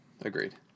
agreed